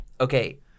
Okay